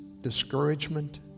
discouragement